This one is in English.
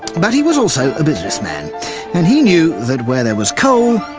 but he was also a businessman and he knew that where there was coal,